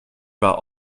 war